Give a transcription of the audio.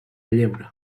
lleure